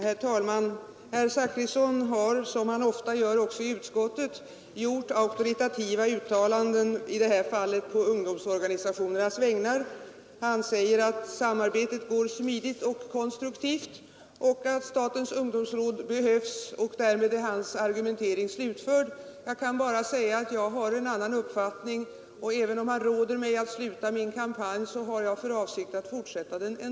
Herr talman! Herr Zachrisson har, som han ofta gör också i utskottet, Torsdagen den gjort auktoritativa uttalanden, i detta fall på ungdomsorganisationernas 29 mars 1973 vägnar. Han säger att samarbetet är smidigt och konstruktivt och att statens ungdomsråd behövs. Därmed är hans argumentering slutförd. Jag kan bara säga att jag har en annan uppfattning. Även om herr Zachrisson råder mig att sluta min kampanj har jag för avsikt att fortsätta den.